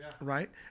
Right